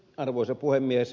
arvoisa puhemies